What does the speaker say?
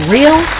Real